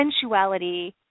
sensuality